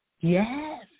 Yes